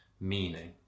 meaning